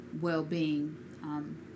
well-being